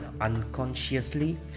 unconsciously